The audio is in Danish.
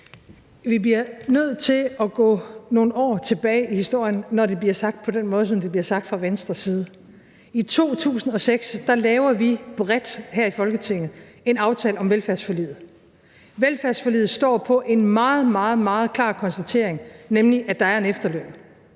Vi bliver nødt til at gå nogle år tilbage i historien, når det bliver sagt på den måde, som det bliver sagt på fra Venstres side. I 2006 laver vi bredt her i Folketinget en aftale om velfærdsforliget. Velfærdsforliget står på en meget, meget klar konstatering, nemlig at der er en efterløn,